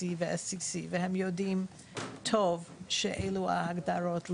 ו-SCC והם יודעים טוב שאלו ההגדרות לדיווח,